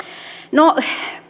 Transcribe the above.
no